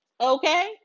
Okay